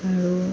আৰু